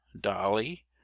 dolly